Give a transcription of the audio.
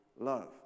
love